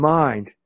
mind